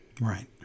Right